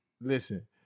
Listen